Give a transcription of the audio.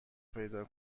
پیدا